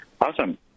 Awesome